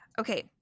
Okay